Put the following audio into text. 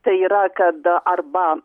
tai yra kad arba